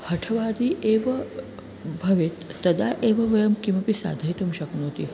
हठवादी एव भवेत् तदा एव वयं किमपि साधयितुं शक्नोति